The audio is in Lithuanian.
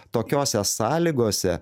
tokiose sąlygose